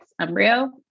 embryo